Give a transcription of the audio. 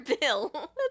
bill